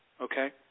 Okay